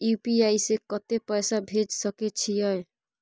UPI से कत्ते पैसा भेज सके छियै?